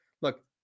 Look